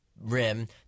Rim